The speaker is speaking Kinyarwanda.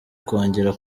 kongera